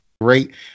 great